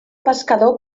pescador